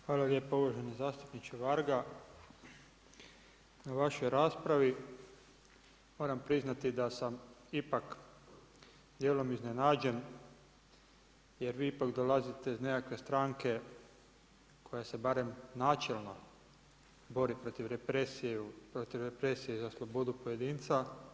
Hvala lijepa uvaženi zastupniče Varga na vašoj raspravi, moram priznat da sami pak dijelom iznenađen jer vi ipak dolazite iz nekakve stranke koja se barem načelno bori protiv represije za slobodu pojedinca.